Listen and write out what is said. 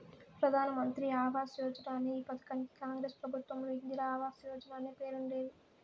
ప్రధాన్ మంత్రి ఆవాస్ యోజన అనే ఈ పథకానికి కాంగ్రెస్ ప్రభుత్వంలో ఇందిరా ఆవాస్ యోజన అనే పేరుండేది